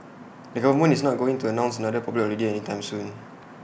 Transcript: the government is not going to announce another public holiday anytime soon